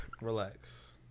Relax